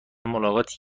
ملاقات